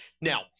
now